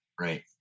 right